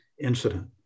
incident